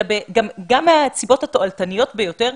אלא גם מהסיבות התועלתניות ביותר,